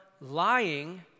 lying